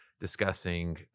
discussing